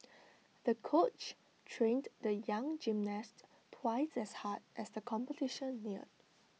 the coach trained the young gymnast twice as hard as the competition neared